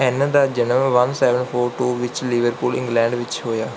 ਐਨ ਦਾ ਜਨਮ one seven four two ਵਿੱਚ ਲਿਵਰਪੂਲ ਇੰਗਲੈਂਡ ਵਿੱਚ ਹੋਇਆ ਸੀ